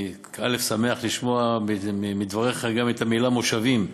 אני שמח לשמוע מדבריך גם את המילה "מושבים",